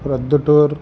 Proddatur